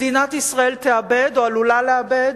מדינת ישראל תאבד, או עלולה לאבד,